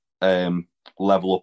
level-up